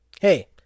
hey